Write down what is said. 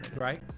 Right